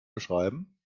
beschreiben